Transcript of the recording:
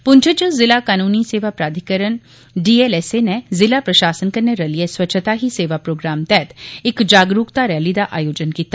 पुंछ च ज़िला कनूनी सेवा प्राधिकरण डीएलएसए नै ज़िला प्रशासन कन्नै रलियै स्वच्छता ही सेवा प्रोग्राम तैह्त इक जागरूकता रैली दा आयोजन कीता